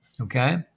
Okay